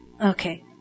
Okay